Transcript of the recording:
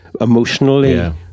emotionally